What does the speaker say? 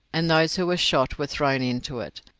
and those who were shot were thrown into it,